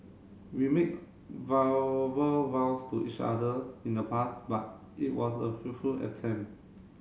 we made vows to each other in the past but it was a attempt